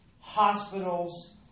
hospitals